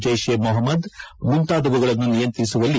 ಜೈಷ್ ಎ ಮೊಹಮದ್ ಮುಂತಾದವುಗಳನ್ನು ನಿಯಂತ್ರಿಸುವಲ್ಲಿ